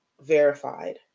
verified